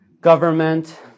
government